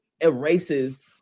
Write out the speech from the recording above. erases